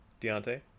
Deontay